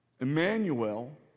Emmanuel